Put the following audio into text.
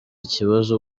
ikibazo